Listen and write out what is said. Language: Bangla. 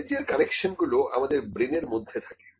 নলেজ এর কানেকশনগুলো আমাদের ব্রেনের মধ্যে থাকে